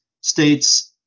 states